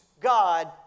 God